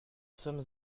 sommes